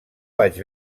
vaig